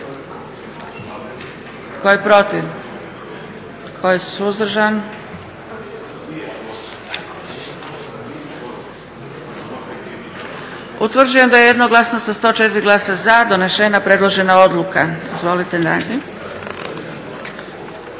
Tko je protiv? Tko je suzdržan? Utvrđujem da je jednoglasno sa 104 glasa za donesena predložena odluka. Izvolite dalje.